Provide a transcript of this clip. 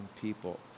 people